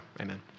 Amen